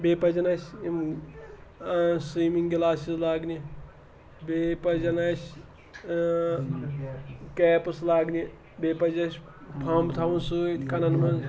بیٚیہِ پَزن اَسہِ یِم سِومِنٛگ گِلاسِز لاگنہِ بیٚیہِ پَزن اَسہِ کیپٕس لاگنہِ بیٚیہِ پَزِ اَسہِ فَمب تھاوُن سۭتۍ کَنن منٛز